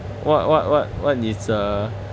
what what what what is uh